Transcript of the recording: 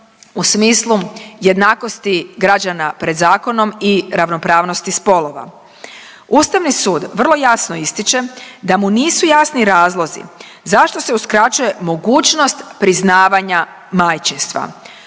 u smislu jednakosti građana pred zakonom i ravnopravnosti spolova. Ustavni sud vrlo jasno ističe da mu nisu jasni razlozi zašto se uskraćuje mogućnost priznavanja majčinstva.